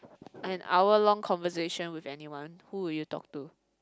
an hour long conversation with anyone who would you talk to